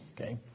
Okay